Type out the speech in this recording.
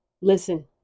listen